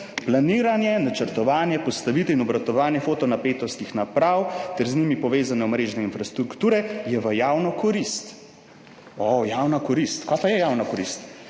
planiranje, načrtovanje, postavitev in obratovanje fotonapetostnih naprav ter z njimi povezane omrežne infrastrukture je v javno korist. O javna korist - kaj pa je javna korist?